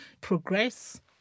progress